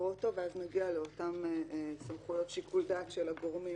לקרוא אותו ואז נגיע לאותן סמכויות שיקול דעת של הגורמים